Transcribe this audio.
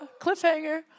cliffhanger